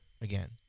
again